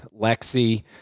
Lexi